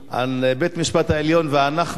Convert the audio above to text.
על בית-המשפט העליון ואנחנו.